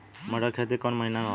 मटर क खेती कवन महिना मे होला?